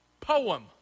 Poem